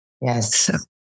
Yes